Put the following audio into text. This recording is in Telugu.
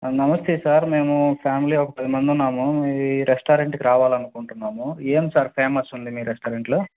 నమస్తే సార్ మేము ఫ్యామిలీ ఒక పది మంది ఉన్నాము మీ రెస్టారెంట్కి రావాలనుకుంటున్నాము ఏమి సార్ ఫేమస్ ఉంది మీ రెస్టారెంట్లో